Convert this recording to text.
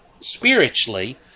spiritually